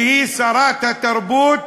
שהיא שרת התרבות